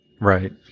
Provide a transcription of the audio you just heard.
Right